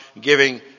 giving